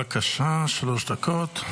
בבקשה, שלוש דקות.